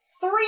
three